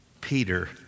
Peter